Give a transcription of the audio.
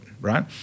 right